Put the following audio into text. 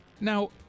Now